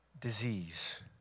disease